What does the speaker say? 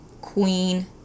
Queen